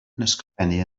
ysgrifennu